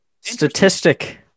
Statistic